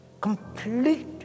complete